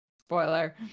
Spoiler